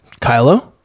Kylo